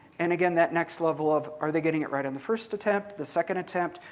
and again, that next level of, are they getting it right on the first attempt, the second attempt?